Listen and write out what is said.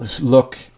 look